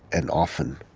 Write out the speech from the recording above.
and often,